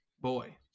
Boy